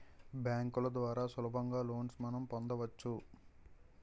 బ్యాంకుల ద్వారా సులభంగా లోన్స్ మనం పొందవచ్చు